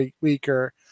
weaker